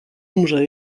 umrze